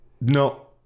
no